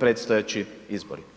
predstojeći izbori.